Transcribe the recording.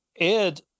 Ed